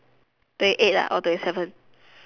twenty eight or twenty seven